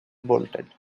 bolted